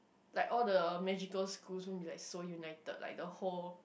like all the magical schools won't be like so united like the whole